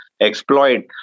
exploit